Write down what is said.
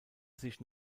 sich